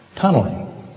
tunneling